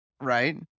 Right